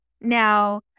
Now